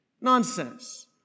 Nonsense